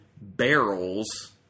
Barrels